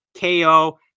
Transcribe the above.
KO